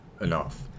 enough